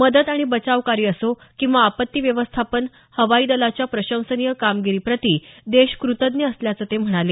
मदत आणि बचाव कार्य असो किंवा आपत्ती व्यवस्थापन हवाई दलाच्या प्रशंसनीय कामगिरीप्रती देश कृतज्ञ असल्याचं ते म्हणाले